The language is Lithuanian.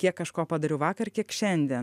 kiek kažko padariau vakar kiek šiandien